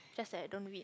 just that I don't read